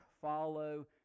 Follow